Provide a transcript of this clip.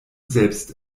selbst